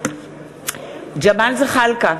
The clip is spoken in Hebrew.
ג'מאל זחאלקה,